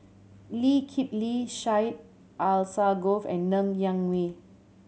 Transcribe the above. Lee Kip Lee Syed Alsagoff and Ng Yak Whee